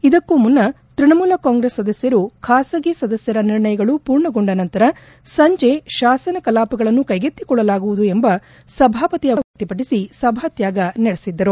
ಇದಕ್ಕೂ ಮುನ್ನ ತೃಣಮೂಲ ಕಾಂಗ್ರೆಸ್ ಸದಸ್ಟರು ಖಾಸಗಿ ಸದಸ್ಟರ ನಿರ್ಣಯಗಳು ಪೂರ್ಣಗೊಂಡ ನಂತರ ಸಂಜೆ ಶಾಸನ ಕಲಾಪಗಳನ್ನು ಕೈಗೆತ್ತಿಕೊಳ್ಳಲಾಗುವುದು ಎಂಬ ಸಭಾಪತಿ ಅವರ ನಿರ್ಧಾರವನ್ನು ಪ್ರತಿಭಟಿಸಿ ಸಭಾತ್ವಾಗ ನಡೆಸಿದರು